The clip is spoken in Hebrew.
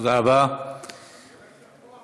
הסוכנות סופרת אתכם.